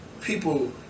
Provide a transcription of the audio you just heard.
people